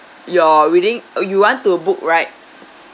your wedding oh you want to book right